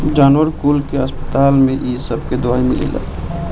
जानवर कुल के अस्पताल में इ सबके दवाई मिलेला